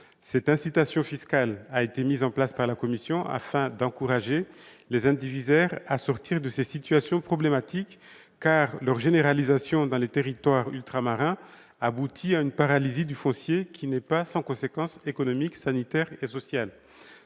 Cette incitation fiscale a été mise en place par la commission afin d'encourager les indivisaires à sortir de ces situations problématiques, car leur généralisation dans les territoires ultramarins aboutit à une paralysie du foncier qui n'est pas sans conséquences économiques, sanitaires et sociales.